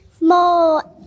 more